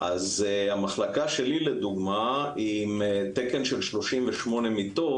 אז המחלקה שלי לדוגמא, היא עם תקן של 38 מיטות.